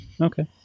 okay